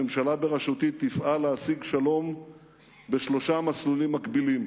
הממשלה בראשותי תפעל להשיג שלום בשלושה מסלולים מקבילים: